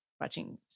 watching